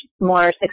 more